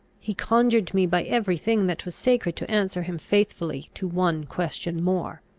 he conjured me by every thing that was sacred to answer him faithfully to one question more.